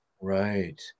Right